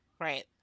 Right